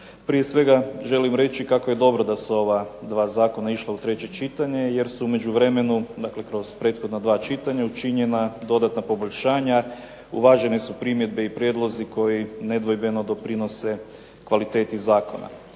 Prije svega želim reći kako je dobro da su ova dva zakona išla u treće čitanje, jer su u međuvremenu, dakle kroz prethodna dva čitanja učinjena dodatna poboljšanja, uvažene su primjedbe i prijedlozi koji nedvojbeno doprinose kvaliteti zakona.